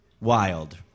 wild